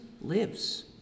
lives